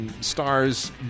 stars